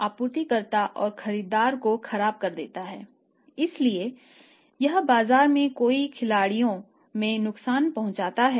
आपूर्तिकर्ता खरीदारों को ऋण होते हैं